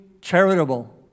charitable